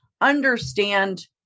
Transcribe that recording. understand